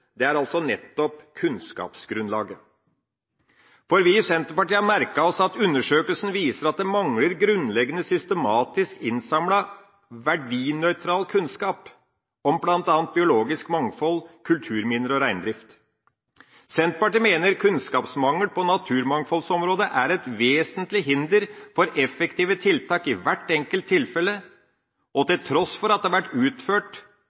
er nettopp kunnskapsgrunnlaget. For vi i Senterpartiet har merket oss at undersøkelsen viser at det mangler grunnleggende, systematisk innsamlet og verdinøytral kunnskap om bl.a. biologisk mangfold, kulturminner og reindrift. Senterpartiet mener at kunnskapsmangel på naturmangfoldsområdet er et vesentlig hinder for effektive tiltak i hvert enkelt tilfelle. Til tross for at det har vært utført